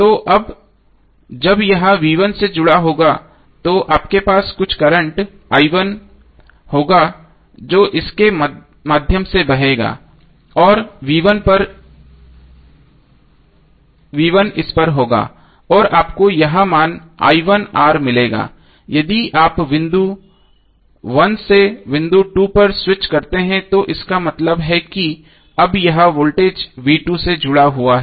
तो अब जब यह V1 से जुड़ा होगा तो आपके पास कुछ करंट होगा जो इसके माध्यम से बहेगा और इस पर होगा और आपको यह मान मिलेगा यदि आप बिंदु 1 से बिंदु 2 पर स्विच करते हैं तो इसका मतलब है कि अब यह वोल्टेज से जुड़ा हुआ है